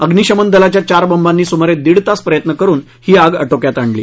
अग्निशमन दलाच्या चार बंबानी सुमारे दीड तास प्रयत्न करून ही आग आटोक्यात आणली